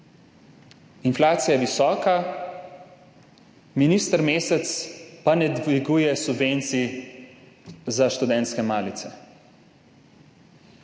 Inflacija je visoka, minister Mesec pa ne dviguje subvencij za študentske malice.